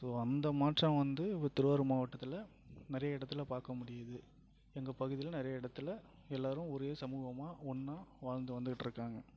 so அந்த மாற்றம் வந்து திருவாரூர் மாவட்டத்தில் நிறைய இடத்துல பார்க்க முடியுது எங்கள் பகுதியில் நிறைய இடத்துல எல்லாரும் ஒரே சமூகமாக ஒன்றா வாழ்ந்து வந்துகிட்டு இருக்காங்க